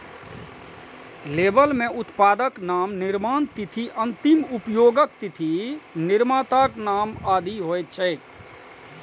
label मे उत्पादक नाम, निर्माण तिथि, अंतिम उपयोगक तिथि, निर्माताक नाम आदि होइ छै